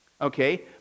Okay